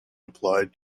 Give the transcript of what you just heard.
applied